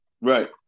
Right